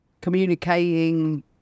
communicating